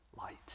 light